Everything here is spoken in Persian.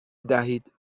دهید